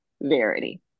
verity